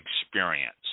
Experience